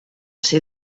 ser